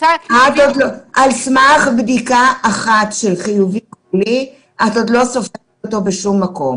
על סמך בדיקה אחת של חיובי-גבולי את עוד לא סופרת אותו בשום מקום.